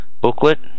booklet